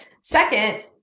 Second